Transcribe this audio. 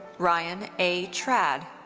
ryan a. trad.